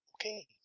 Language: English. Okay